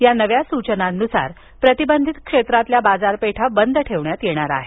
या नव्या सूचनांनुसार प्रतिबंधित क्षेत्रातील बाजारपेठा बंद ठेवण्यात येणार आहेत